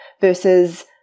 versus